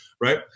right